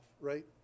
right